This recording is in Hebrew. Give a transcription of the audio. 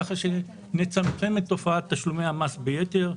ככה שנצמצם את תופעת תשלומי המס ביתר,